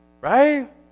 Right